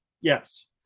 Yes